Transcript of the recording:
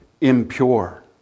impure